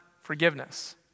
forgiveness